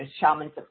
shamans